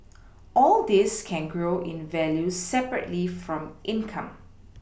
all these can grow in value separately from income